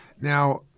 Now